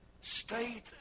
state